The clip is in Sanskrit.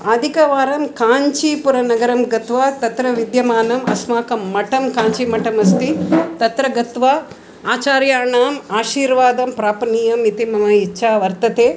अधिकवारं काञ्चीपुरनगरं गत्वा तत्र विद्यमानम् अस्माकं मठं काञ्चीमठमस्ति तत्र गत्वा आचार्याणाम् आशीर्वादं प्रापणीयम् इति मम इच्छा वर्तते